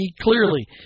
clearly